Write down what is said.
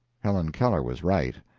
helen keller was right.